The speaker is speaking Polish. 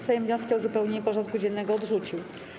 Sejm wnioski o uzupełnienie porządku dziennego odrzucił.